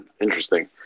interesting